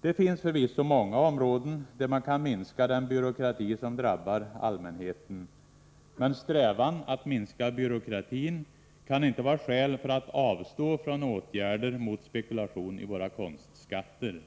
Det finns förvisso många områden där man kan minska den byråkrati som drabbar allmänheten. Men strävan att minska byråkratin kan inte vara skäl för att avstå från åtgärder mot spekulation i våra konstskatter.